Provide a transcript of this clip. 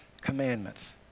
commandments